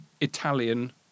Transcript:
Italian